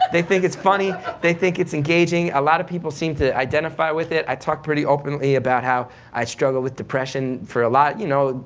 they think it's funny, they think it's engaging. a lot of people seem to identify with it. i talk pretty openly about how i struggle with depression, for a lot, you know,